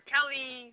Kelly